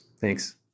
thanks